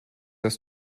dass